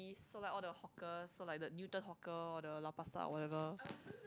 so like all the hawker so like the Newton hawker or the Lau-Pa-Sat or whatever